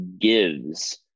Gives